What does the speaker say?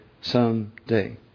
someday